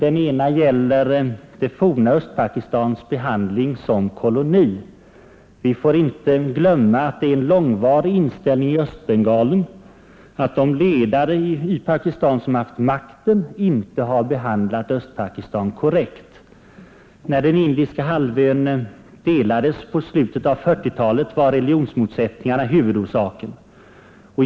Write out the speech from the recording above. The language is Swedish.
Den ena gäller det forna Östpakistans behandling som koloni. Vi får inte glömma att man i Östbengalen länge haft uppfattningen, att de ledare i Pakistan som haft makten inte har behandlat Östpakistan korrekt. När den indiska halvön delades på slutet av 1940-talet var religionsmotsättningar huvudorsaken.